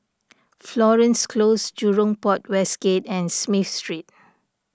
Florence Close Jurong Port West Gate and Smith Street